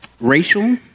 racial